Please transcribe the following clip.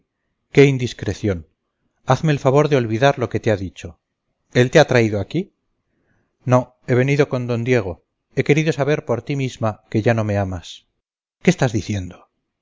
qué indiscreción hazme el favor de olvidar lo que te ha dicho él te ha traído aquí no he venido con d diego he querido saber por ti misma que ya no me amas qué estás diciendo